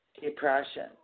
depression